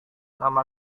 nama